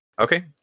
Okay